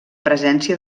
presència